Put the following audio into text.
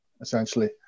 essentially